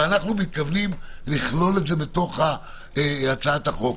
אבל אנו מתכוונים לכלול את זה בהצעת החוק.